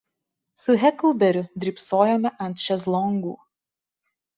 su heklberiu drybsojome ant šezlongų